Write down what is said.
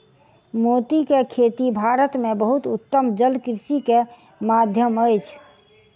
मोती के खेती भारत में बहुत उत्तम जलकृषि के माध्यम अछि